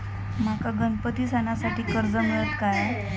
माका गणपती सणासाठी कर्ज मिळत काय?